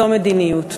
זו מדיניות.